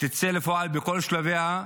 תצא לפועל, בכל שלביה,